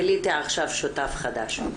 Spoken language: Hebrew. גיליתי עכשיו שותף חדש.